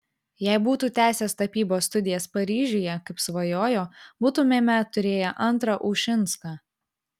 jei būtų tęsęs tapybos studijas paryžiuje kaip svajojo būtumėme turėję antrą ušinską